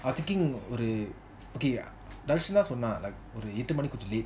I was thinking ஒரு:oru okay Dharshan தான் சொன்னான் எட்டு மணிகி கொஞ்சம்:dharshan thaan sonnan ettu maniki konjam late